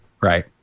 Right